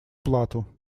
плату